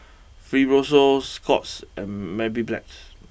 Fibrosol Scott's and Mepilex